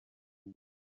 new